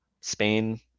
Spain